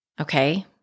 Okay